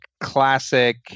classic